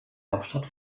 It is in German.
hauptstadt